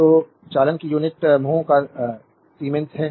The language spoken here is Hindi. स्लाइड टाइम देखें 1930 तो चालन की यूनिट mho या सीमेन्स है